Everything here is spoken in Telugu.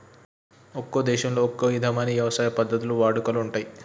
ఒక్కో దేశంలో ఒక్కో ఇధమైన యవసాయ పద్ధతులు వాడుకలో ఉంటయ్యి